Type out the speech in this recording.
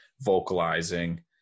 vocalizing